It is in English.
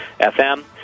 FM